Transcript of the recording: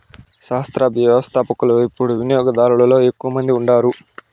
సహస్రాబ్ది వ్యవస్థపకులు యిపుడు వినియోగదారులలో ఎక్కువ మంది ఉండారు